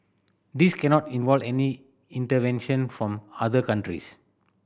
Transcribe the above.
this cannot involve any intervention from other countries